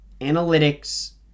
analytics